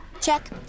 Check